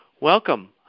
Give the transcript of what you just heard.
Welcome